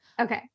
Okay